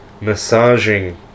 massaging